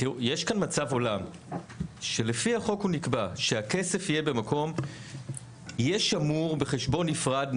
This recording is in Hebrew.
יש כאן מצב עולם שלפי החוק הוא נקבע שהכסף יהיה שמור בחשבון נפרד,